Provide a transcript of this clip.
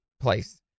place